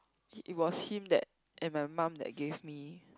it was him that and my mum that gave me